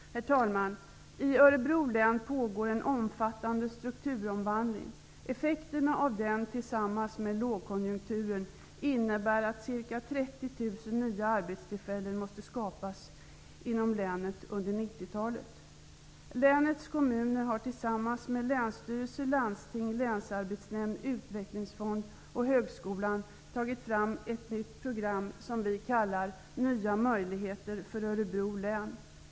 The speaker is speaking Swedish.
Herr talman! I Örebro län pågår en omfattande strukturomvandling. Effekterna av den innebär tillsammans med lågkonjunkturens effekter att ca 30 000 nya arbetstillfällen måste skapas inom länet under 90-talet. Länets kommuner har tillsammans med länsstyrelse, landsting, länsarbetsnämnd, utvecklingsfond och högskolan tagit fram ett program som kallas ''Nya möjligheter för Örebro län.